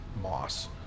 moss